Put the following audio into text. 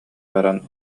баран